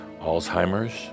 Alzheimer's